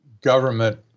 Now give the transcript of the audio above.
government